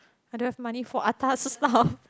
I don't have money for atas stuff